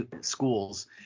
schools